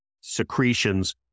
secretions